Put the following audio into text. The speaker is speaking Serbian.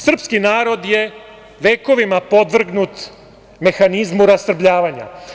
Srpski narod je vekovima podvrgnut mehanizmu rastrebljavanja.